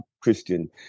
Christian